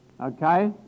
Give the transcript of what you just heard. Okay